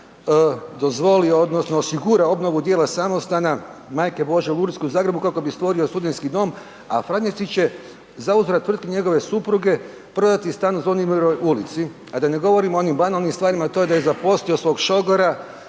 dozvoli odnosno osigura obnovu djela samostana Majke Božje Lurdske u Zagrebu kako bi stvorio studentski dom a franjevci će zauzvrat tvrtki njegove supruge prodati stan u Zvonimirovoj ulici a da ne govorimo o onim banalnim stvarima a to je da je zaposlio svog šogora